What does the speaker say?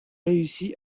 réussi